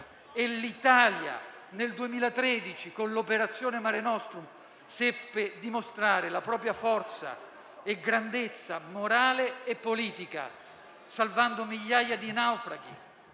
L'Italia nel 2013, con l'operazione Mare Nostrum, seppe dimostrare la propria forza e la propria grandezza morale e politica, salvando migliaia di naufraghi.